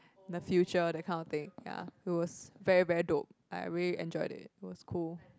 the future that kind of thing ya it was very very dope I really enjoy it it was cool